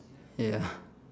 ya